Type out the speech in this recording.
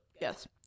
Yes